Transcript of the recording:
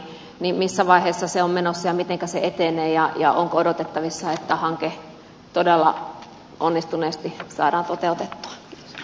missä vaiheessa se on menossa ja mitenkä se etenee ja onko odotettavissa että hanke todella onnistuneesti saadaan toteutettua